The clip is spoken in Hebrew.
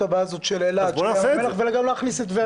הבעיה הזאת של אילת ושל ים המלח וגם ל -- אז בוא נעשה את זה,